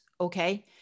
okay